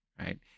right